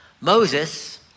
Moses